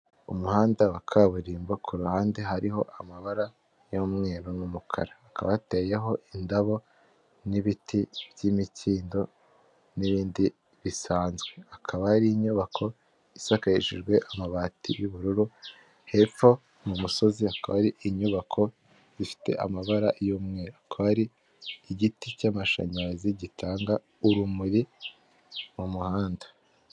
Umuhanda wa kaburimbo ku ruhande hariho amabara y'umweru n'umukara, hakaba hateyeho indabo n'ibiti by'imikindo n'ibindi bisanzwe, hakaba hari inyubako isakarishijwe amabati y'ubururu. Hepfo mu musozi hakaba hari inyubako zifite amabara y'umweru hakaba hari igiti cy'amashanyarazi gitanga urumuri mu muhanda.